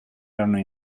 erano